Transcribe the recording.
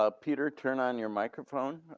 ah peter, turn on your microphone.